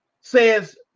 says